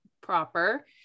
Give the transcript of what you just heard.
proper